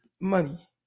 money